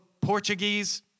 Portuguese